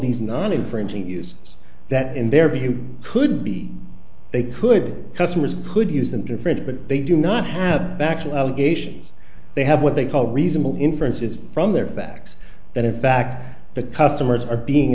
these non infringing uses that in their behavior could be they could customers could use them different but they do not have back to allegations they have what they call reasonable inferences from their backs that in fact the customers are being